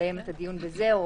לסיים את הדיון בזה?